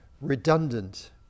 redundant